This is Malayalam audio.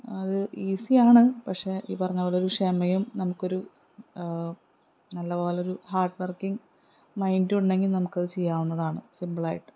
അത് ഈസിയാണ് പക്ഷെ ഈ പറഞ്ഞതുപോലൊരു ക്ഷമയും നമുക്കൊരു നല്ലപോലൊരു ഹാർഡ് വർക്കിങ്ങ് മൈൻ്റുണ്ടെങ്കിൽ നമുക്കത് ചെയ്യാവുന്നതാണ് സിമ്പിളായിട്ട്